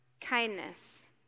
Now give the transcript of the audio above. kindness